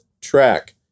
track